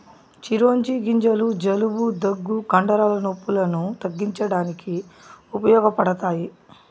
చిరోంజి గింజలు జలుబు, దగ్గు, కండరాల నొప్పులను తగ్గించడానికి ఉపయోగపడతాయి